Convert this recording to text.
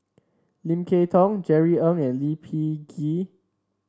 Lim Kay Tong Jerry Ng and Lee Peh Gee